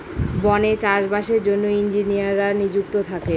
বনে চাষ বাসের জন্য ইঞ্জিনিয়াররা নিযুক্ত থাকে